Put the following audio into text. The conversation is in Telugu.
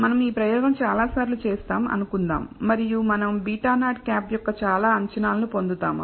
మనం ఈ ప్రయోగం చాలా సార్లు చేస్తాం అనుకుందాం మరియు మనం β̂0 యొక్క చాలా అంచనాలను పొందుతాము